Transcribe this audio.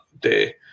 day